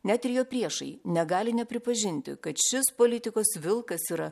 net ir jo priešai negali nepripažinti kad šis politikos vilkas yra